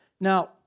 Now